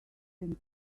than